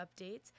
updates